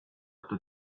kto